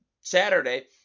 saturday